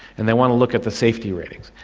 and they want to look at the safety ratings.